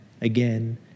again